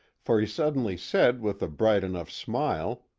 for he suddenly said with a bright enough smile,